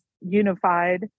unified